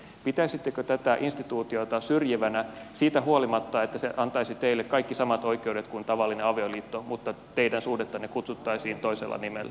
pitäisittekö tätä instituutiota syrjivänä siitä huolimatta että se antaisi teille kaikki samat oikeudet kuin tavallinen avioliitto mutta teidän suhdettanne kutsuttaisiin toisella nimellä